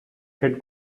head